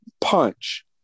punch